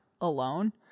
alone